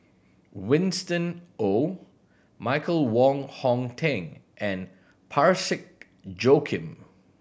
Winston Oh Michael Wong Hong Teng and Parsick Joaquim